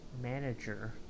manager